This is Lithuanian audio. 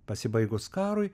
pasibaigus karui